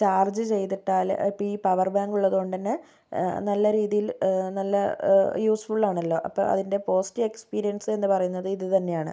charge ചെയ്തിട്ടാൽ അപ്പം ഈ പവർ ബാങ്കുള്ളതുകൊണ്ട് തന്നെ നല്ല രീതിയിൽ നല്ല യൂസ്ഫുള്ളാണല്ലോ അപ്പം അതിൻ്റെ പോസിറ്റീവ് എക്സ്പീരിയൻസ് എന്ന് പറയുന്നത് ഇത് തന്നെയാണ്